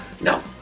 No